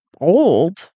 old